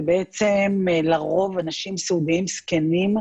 ובעצם, לרוב, אנשים סיעודיים, זקנים,